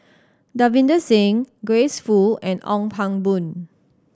Davinder Singh Grace Fu and Ong Pang Boon